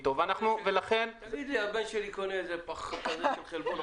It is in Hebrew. הבן שלי קונה פח של חלבון,